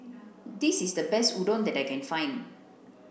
this is the best Udon that I can find